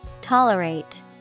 Tolerate